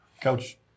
Coach